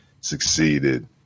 succeeded